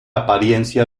apariencia